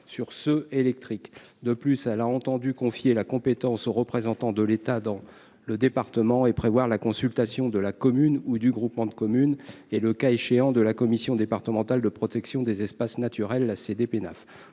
sur ce électrique de plus à la entendu confier la compétence au représentant de l'État dans le département et prévoir la consultation de la commune ou du groupement de communes et, le cas échéant de la commission départementale de protection des espaces naturels, la